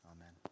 Amen